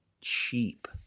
cheap